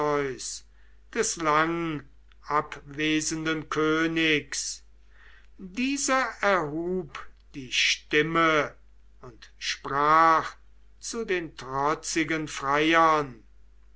des langabwesenden königs dieser erhub die stimme und sprach zu den trotzigen freiern